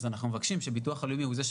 אז אנחנו מבקשים שהביטוח הלאומי שהוא הגוף